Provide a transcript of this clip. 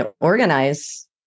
organize